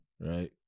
right